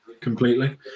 completely